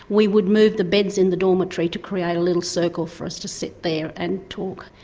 we would move the beds in the dormitory to create a little circle for us to sit there and talk.